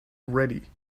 ready